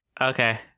Okay